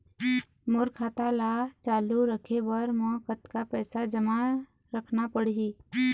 मोर खाता ला चालू रखे बर म कतका पैसा जमा रखना पड़ही?